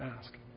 ask